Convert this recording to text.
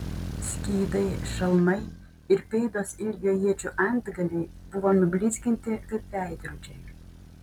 skydai šalmai ir pėdos ilgio iečių antgaliai buvo nublizginti kaip veidrodžiai